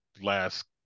last